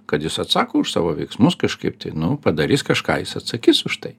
kad jis atsako už savo veiksmus kažkaip tai nu padarys kažką jis atsakys už tai